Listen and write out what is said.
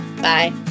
Bye